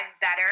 better